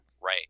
Right